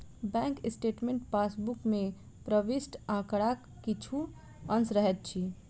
bank statement passbook मे प्रविष्ट आंकड़ाक किछु अंश रहैत अछि